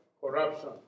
corruption